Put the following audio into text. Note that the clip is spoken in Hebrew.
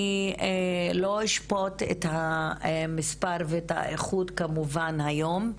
אני לא אשפוט את המספר ואת האיכות כמובן היום,